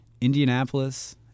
Indianapolis